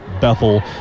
Bethel